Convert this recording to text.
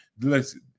listen